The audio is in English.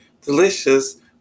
delicious